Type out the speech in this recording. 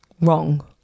wrong